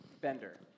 bender